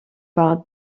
par